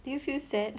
do you feel sad